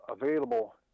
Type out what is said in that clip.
available